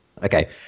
Okay